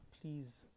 Please